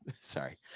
sorry